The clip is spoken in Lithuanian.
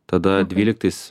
tada dvyliktais